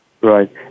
Right